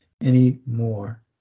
anymore